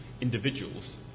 individuals